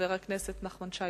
חבר הכנסת נחמן שי,